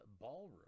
Ballroom